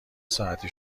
ساعتی